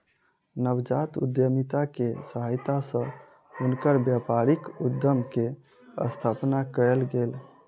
नवजात उद्यमिता के सहायता सॅ हुनकर व्यापारिक उद्यम के स्थापना कयल गेल